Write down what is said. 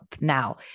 Now